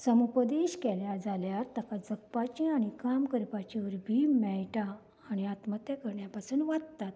समुपदेश केलें जाल्यार ताका जगपाचें आनी काम करपाचें वरवीं मेळटा आत्महत्त्या करपा पसून वाचतात